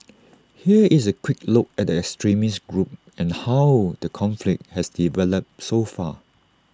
here is A quick look at the extremist group and how the conflict has developed so far